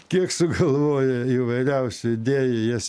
kiek sugalvoja įvairiausių idėjų jas